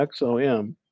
XOM